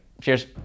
Cheers